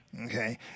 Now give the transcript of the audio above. Okay